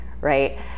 right